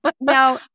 Now